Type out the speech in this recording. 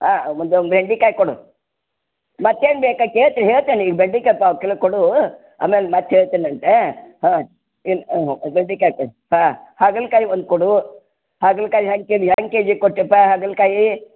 ಹಾಂ ಬೆಂಡೆಕಾಯಿ ಕೊಡು ಮತ್ತೇನು ಬೇಕೋ ಕೇಳ್ತೆ ಹೇಳ್ತೆನೆ ಈಗ ಬೆಂಡೆಕಾಯಿ ಪಾವು ಕಿಲೋ ಕೊಡು ಆಮೇಲೆ ಮತ್ತೆ ಹೇಳ್ತೇನಂತೆ ಹಾಂ ಇನ್ನು ಬೆಂಡೆಕಾಯಿ ಕೊಡು ಹಾಂ ಹಾಗಲಕಾಯಿ ಒಂದು ಕೊಡು ಹಾಗಲಕಾಯಿ ಹೆಂಗೆ ಕೆಜಿಗೆ ಹೆಂಗೆ ಕೆಜಿಗೆ ಕೊಟ್ಟಿಯಪ್ಪ ಹಾಗಲಕಾಯಿ